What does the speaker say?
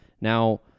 Now